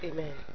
Amen